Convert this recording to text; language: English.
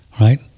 right